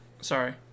sorry